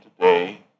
today